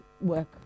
work